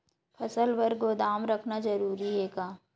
फसल बर गोदाम रखना जरूरी हे का?